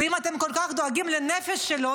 ואם אתם כל כך דואגים לנפש שלו,